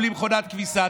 בלי מכונת כביסה.